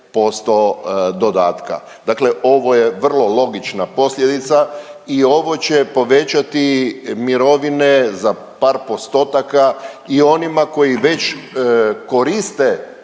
20,25% dodatka. Dakle, ovo je vrlo logična posljedica i ovo će povećati mirovine za par postotaka i onima koji već koriste